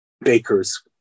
bakers